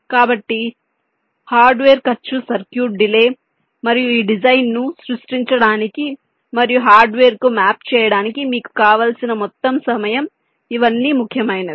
కాబట్టి హార్డ్వేర్ ఖర్చు circuit delay మరియు మీ డిజైన్ను సృష్టించడానికి మరియు హార్డ్వేర్కు మ్యాప్ చేయడానికి మీకు కావలసిన మొత్తం సమయం ఇవన్నీ ముఖ్యమైనవి